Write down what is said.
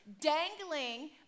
dangling